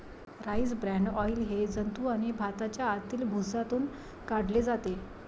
rice bran oil हे जंतू आणि भाताच्या आतील भुसातून काढले जाते